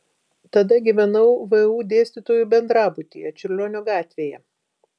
tada gyvenau vu dėstytojų bendrabutyje čiurlionio gatvėje